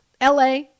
LA